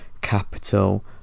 capital